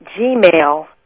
gmail